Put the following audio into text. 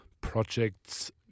projects